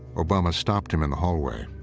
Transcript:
obama stopped him in the hallway.